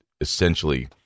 essentially